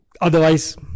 Otherwise